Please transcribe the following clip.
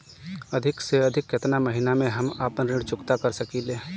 अधिक से अधिक केतना महीना में हम आपन ऋण चुकता कर सकी ले?